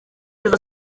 izo